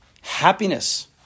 happiness